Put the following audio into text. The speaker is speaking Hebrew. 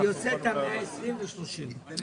אם